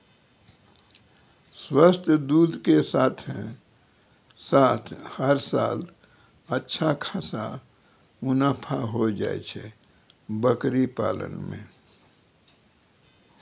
स्वस्थ दूध के साथॅ साथॅ हर साल अच्छा खासा मुनाफा होय जाय छै बकरी पालन मॅ